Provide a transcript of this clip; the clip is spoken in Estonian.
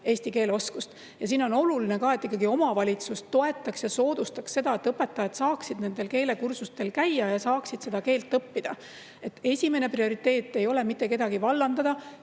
eesti keele oskuse. Siin on oluline ka, et omavalitsus ikkagi toetaks ja soodustaks seda, et õpetajad saaksid keelekursustel käia ja saaksid keelt õppida. Esimene prioriteet ei ole mitte kedagi vallandada.